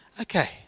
Okay